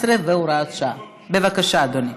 18 והוראת שעה), התשע"ח 2018. בבקשה, אדוני.